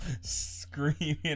screaming